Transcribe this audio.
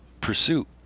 pursuit